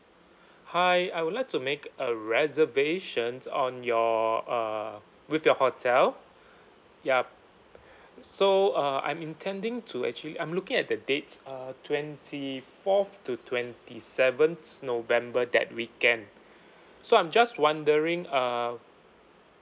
hi I would like to make a reservations on your uh with your hotel yup so uh I'm intending to actually I'm looking at the dates uh twenty fourth to twenty seventh november that weekend so I'm just wondering uh